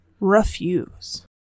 refuse